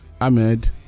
Ahmed